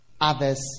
others